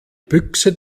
büchse